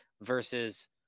versus